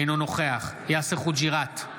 אינו נוכח יאסר חוג'יראת,